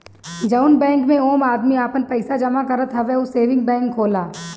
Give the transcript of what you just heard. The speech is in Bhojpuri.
जउन बैंक मे आम आदमी आपन पइसा जमा करत हवे ऊ सेविंग बैंक होला